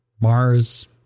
Mars